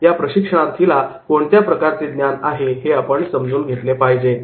त्या प्रशिक्षणार्थीला कोणत्या प्रकारचे ज्ञान आहे हे आपण समजून घेतले पाहिजे